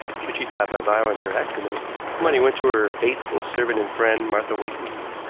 should she die by violence or accident, this money went to her faithful servant and friend, martha wakeling.